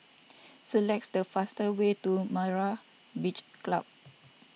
select the fastest way to Myra's Beach Club